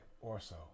Orso